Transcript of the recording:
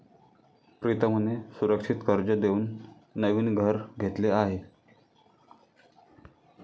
प्रीतमने सुरक्षित कर्ज देऊन नवीन घर घेतले आहे